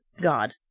God